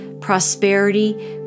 prosperity